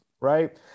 right